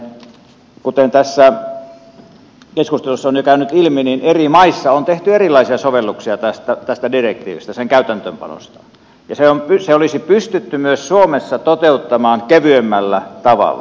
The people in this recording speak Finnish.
nimittäin kuten tässä keskustelussa on jo käynyt ilmi eri maissa on tehty erilaisia sovelluksia tästä direktiivistä sen käytäntöönpanosta ja se olisi pystytty myös suomessa toteuttamaan kevyemmällä tavalla